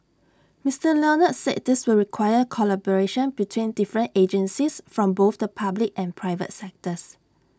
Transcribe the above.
Mister Leonard said this would require collaboration between different agencies from both the public and private sectors